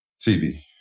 TV